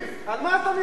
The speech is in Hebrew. על מה אתה מדבר?